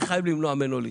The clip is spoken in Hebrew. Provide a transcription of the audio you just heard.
אתה חייב למנוע ממנו להתפטר.